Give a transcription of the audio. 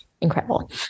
Incredible